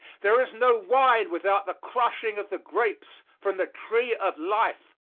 there is no wine without the crushing of the grapes from the tree of life.